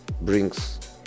brings